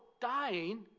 dying